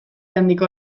handiko